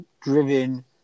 driven